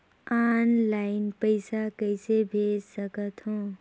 Online पइसा कइसे भेज सकत हो?